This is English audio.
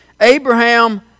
Abraham